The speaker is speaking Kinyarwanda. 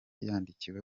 yandikiwe